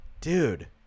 dude